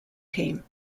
team